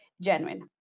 genuine